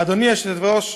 אדוני היושב-ראש,